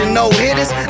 no-hitters